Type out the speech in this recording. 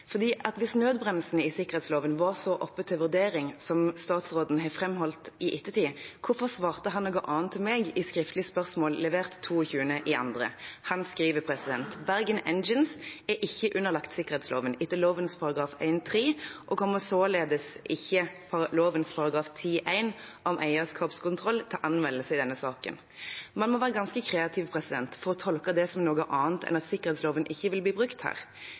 hvis nødbremsen i sikkerhetsloven var så oppe til vurdering som statsråden har framholdt i ettertid, hvorfor svarte han noe annet til meg i skriftlig spørsmål levert 22. februar? Han skriver: «Bergen Engines AS er ikke underlagt sikkerhetsloven etter lovens § 1-3 og således kommer ikke lovens § 10-1 om eierskapskontroll til anvendelse i denne saken.» Man må være ganske kreativ for å tolke det som noe annet enn at sikkerhetsloven ikke vil bli brukt her.